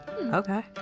Okay